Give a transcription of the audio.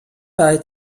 bei